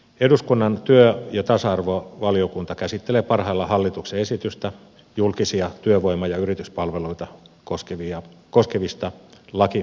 eduskunnan työ ja tasa arvovaliokunta käsittelee parhaillaan hallituksen esitystä julkisia työvoima ja yrityspalveluita koskevista lakimuutoksista